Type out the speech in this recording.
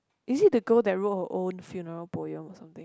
is it the girl that wrote her own funeral poem or something